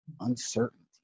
uncertainty